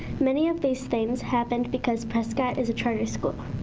many of these things happened because prescott is a charter school.